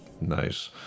nice